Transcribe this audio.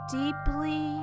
deeply